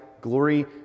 glory